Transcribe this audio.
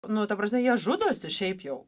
nu ta prasme jie žudosi šiaip jau